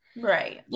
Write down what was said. Right